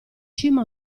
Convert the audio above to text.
cima